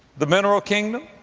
the mineral kingdom,